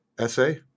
essay